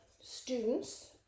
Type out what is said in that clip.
students